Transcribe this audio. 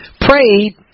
prayed